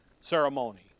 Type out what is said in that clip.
ceremony